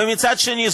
ומצד שני,